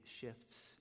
shifts